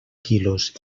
quilos